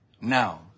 Now